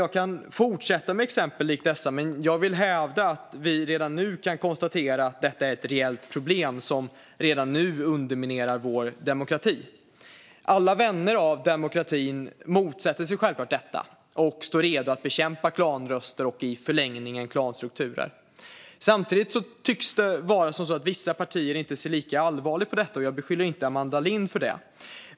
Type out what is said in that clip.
Jag kan fortsätta med exempel likt dessa, men jag vill hävda att vi redan nu kan konstatera att detta är ett reellt problem som redan nu underminerar vår demokrati. Alla vänner av demokratin motsätter sig självklart detta och står redo att bekämpa klanröster och i förlängningen klanstrukturer. Samtidigt tycks det vara som så att vissa partier inte ser lika allvarligt på detta. Jag beskyller inte Amanda Lind för det.